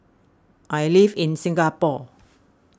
I live in Singapore